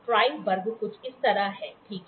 ट्रैय वर्ग कुछ इस तरह है ठीक है